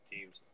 teams